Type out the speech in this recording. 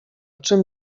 czym